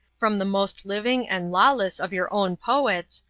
from the most living and lawless of your own poets,